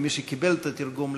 כמי שקיבל את התרגום,